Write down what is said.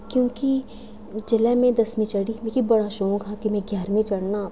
क्योंकि जेल्लै मैं दसमीं चढ़ी मिगी बड़ा शौंक कि मैं गैह्रमीं चढ़ना